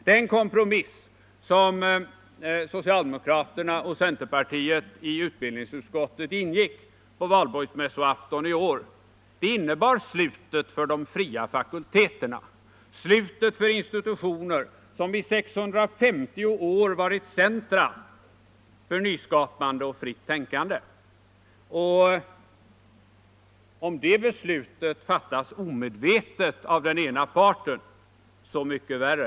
Den kompromiss som socialdemokraterna och centerpartiet i utbildningsutskottet ingick på valborgsmässoafton i år innebär slutet för de fria fakulteterna, slutet för institutioner som i 650 år har varit centra för nyskapande och fritt tänkande. Om detta beslut fattats omedvetet av den ena parten — så mycket värre!